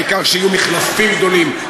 העיקר שיהיו מחלפים גדולים,